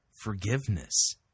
forgiveness